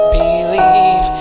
believe